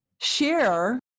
share